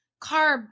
carb